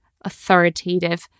authoritative